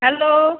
hello